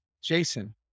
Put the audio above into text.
jason